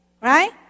right